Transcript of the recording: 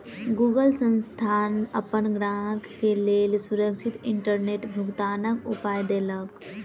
Google संस्थान अपन ग्राहक के लेल सुरक्षित इंटरनेट भुगतनाक उपाय देलक